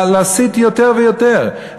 להסית יותר ויותר.